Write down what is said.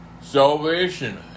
salvation